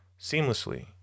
seamlessly